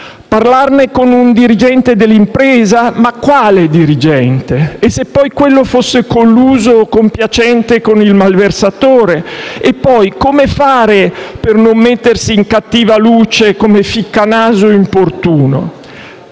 Parlarne con un dirigente dell'impresa? Ma quale dirigente? E se poi quello fosse colluso o compiacente con il malversatore? E, poi, come fare per non mettersi in cattiva luce come ficcanaso importuno?